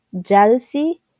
jealousy